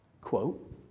quote